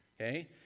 Okay